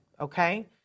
Okay